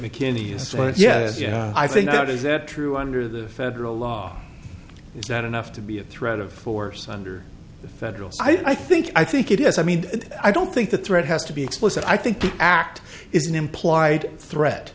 mckinney as well and yeah i think that is it true under the federal law is that enough to be a threat of force under the federal i think i think it is i mean i don't think the threat has to be explicit i think the act is an implied threat